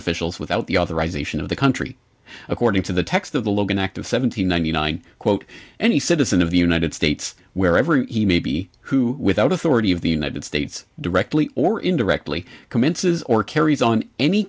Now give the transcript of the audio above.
officials without the authorization of the country according to the text of the logan act of seven hundred ninety nine quote any citizen of the united states wherever he may be who without authority of the united states directly or indirectly commences or carries on any